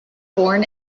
born